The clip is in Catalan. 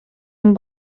amb